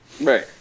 Right